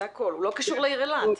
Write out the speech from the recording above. הוא לא קשור לעיר אילת.